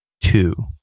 two